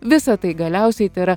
visa tai galiausiai tėra